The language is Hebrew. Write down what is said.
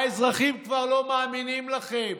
האזרחים כבר לא מאמינים לכם.